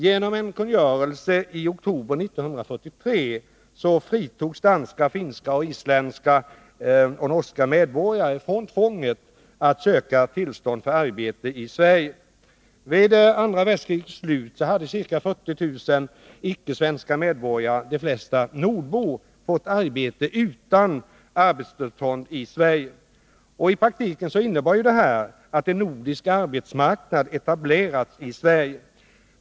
Genom en kungörelse i oktober 1943 fritogs danska, finska, isländska och norska medborgare från tvånget att söka tillstånd för arbete i Sverige. Vid andra världskrigets slut hade ca 40000 icke-svenska medborgare — de flesta nordbor — fått arbete utan krav på arbetstillstånd i Sverige. I praktiken innebar detta att en ”nordisk” arbetsmarknad hade etablerats i Sverige.